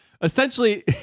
Essentially